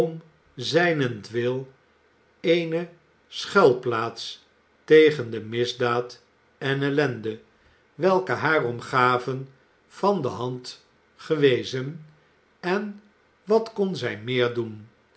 om zijnentwil eene schuilplaats tegen de misdaad en ellende welke haar omgaven van de hand gewezen en wat kon zij meer doen